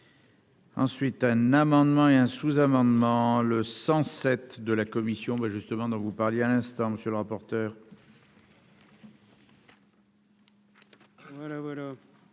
Ensuite, un amendement et un sous-amendement le 107 de la commission ben justement dont vous parliez à l'instant monsieur le rapporteur. Voilà voilà.